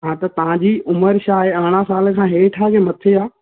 हा त तव्हां जी उमिरि छाहे अरिड़हं साल खां हेठा आहे की मथे आहे